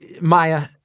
Maya